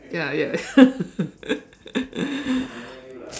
ya ya ya